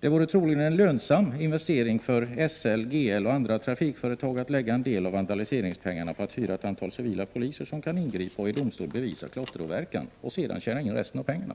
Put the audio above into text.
Det vore troligen en lönsam investering för SL, GL och andra trafikföretag att lägga en del av vandaliseringspengarna på att hyra ett antal civila poliser, 2 som kan ingripa och i domstol bevisa klotteråverkan, och sedan tjäna in resten av pengarna.